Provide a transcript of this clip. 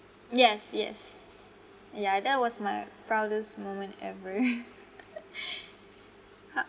yes yes ya that was my proudest moment ever